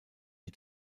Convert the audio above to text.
die